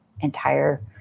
entire